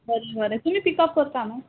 बरें बरें तुमी पिकअप करता न्हू